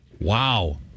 Wow